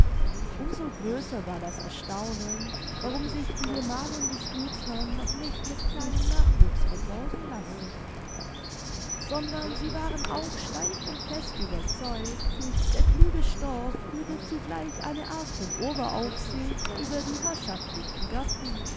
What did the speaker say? so größer war das erstaunen warum sich die gemalin des gutsherrn noch nicht mit kleinem nachwuchs versorgen lassen sondern sie waren auch steif und fest überzeugt der kluge storch führe zugleich eine art von oberaufsicht über die herrschaftlichen gärten